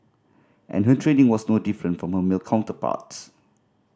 and her training was no different from her male counterparts